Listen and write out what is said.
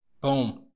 Boom